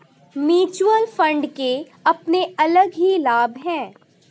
mutual fund के अपने अलग ही लाभ हैं